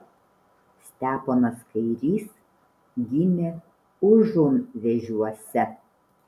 steponas kairys gimė užunvėžiuose